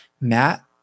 Matt